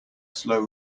slow